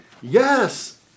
Yes